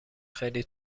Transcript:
خیلی